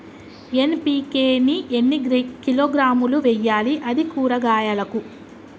NPK ని ఎన్ని కిలోగ్రాములు వెయ్యాలి? అది కూరగాయలకు?